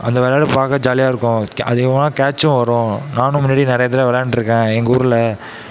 அந்த விளயாட்டு பார்க்க ஜாலியாக இருக்கும் அதிகமான கேச்சும் வரும் நானும் முன்னாடி நிறைய தடவ விளையாண்டுருக்கன் எங்கூரில்